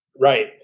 Right